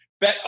bet